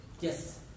Yes